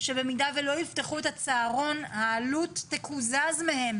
שבמידה ולא יפתחו את הצהרון העלות תקוזז מהן,